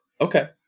Okay